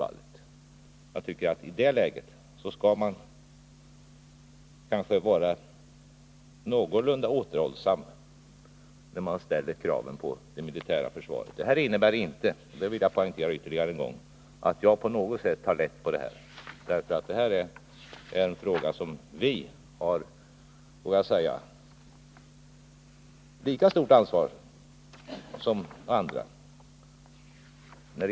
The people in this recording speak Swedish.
I det läget bör man enligt min mening vara någorlunda återhållsam i sina krav på det militära försvaret. Det innebär inte — det vill jag poängtera ytterligare en gång — att jag på något sätt skulle ta lätt på problemet. Det här är en fråga som vi, vågar jag säga, har lika stort ansvar för som andra har.